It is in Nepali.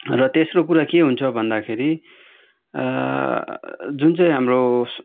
र तेस्रो कुरा के हुन्छ भन्दाखेरि जुन चाहिँ हाम्रो